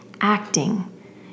acting